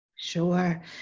Sure